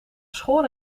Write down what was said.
schoor